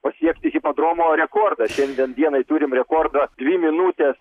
pasiekti hipodromo rekordą šiandien dienai turime rekordą dvi minutes